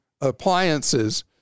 appliances